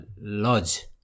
Lodge